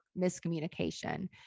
miscommunication